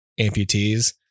amputees